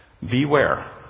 beware